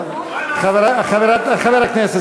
חבר הכנסת